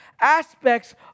aspects